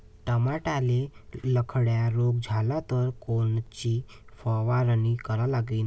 टमाट्याले लखड्या रोग झाला तर कोनची फवारणी करा लागीन?